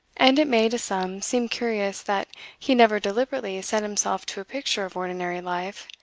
and it may, to some, seem curious that he never deliberately set himself to a picture of ordinary life,